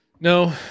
No